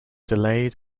delayed